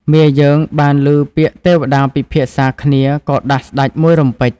មាយើងបានឮពាក្យទេវតាពិភាក្សាគ្នាក៏ដាស់ស្តេចមួយរំពេច។